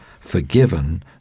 forgiven